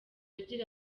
agira